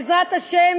בעזרת השם,